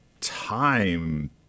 time